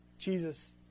Jesus